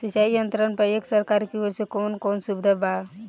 सिंचाई यंत्रन पर एक सरकार की ओर से कवन कवन सुविधा बा?